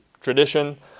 tradition